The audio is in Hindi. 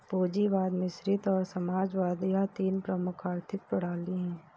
पूंजीवाद मिश्रित और समाजवाद यह तीन प्रमुख आर्थिक प्रणाली है